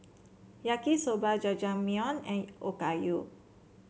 Yaki Soba Jajangmyeon and Okayu